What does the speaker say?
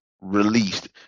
released